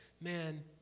man